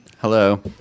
Hello